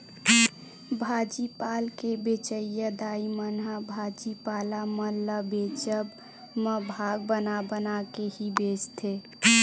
भाजी पाल के बेंचइया दाई मन ह भाजी पाला मन ल बेंचब म भाग बना बना के ही बेंचथे